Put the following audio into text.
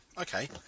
okay